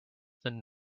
than